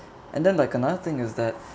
and then like another thing is that